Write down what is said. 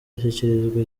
ashyikirizwa